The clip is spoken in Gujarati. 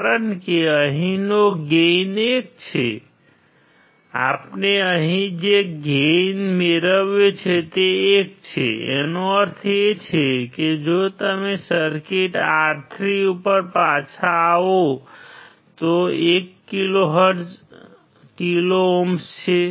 કારણ કે અહીંનો ગેઇન 1 છે આપણે અહીં જે ગેઇન મેળવ્યો છે તે 1 છે તેનો અર્થ એ છે કે જો તમે સર્કિટ R3 ઉપર પાછા આવો તો 1 કિલો ઓહ્મ છે